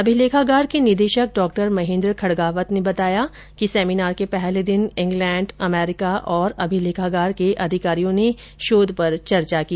अभिलेखागार के निदेशक डा महेन्द्र खडगावत ने बताया कि सेमिनार के पहले दिन इंग्लैण्ड अमेरिका और अभिलेखागार के अधिकारियों ने शोध पर चर्चा की